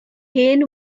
hen